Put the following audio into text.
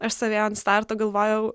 aš stovėjau ant starto galvojau